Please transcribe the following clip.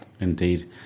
Indeed